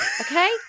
okay